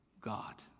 God